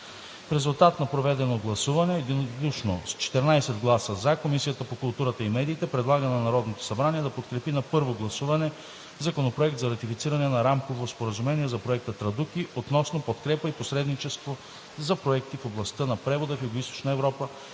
резултат на проведено гласуване единодушно с 14 гласа „за“ Комисията по културата и медиите предлага на Народното събрание да подкрепи на първо гласуване Законопроект за ратифициране на Рамково споразумение за Проекта „Традуки“ относно подкрепа и посредничество за проекти в областта на превода в Югоизточна Европа,